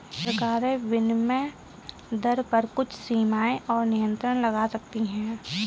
सरकारें विनिमय दर पर कुछ सीमाएँ और नियंत्रण लगा सकती हैं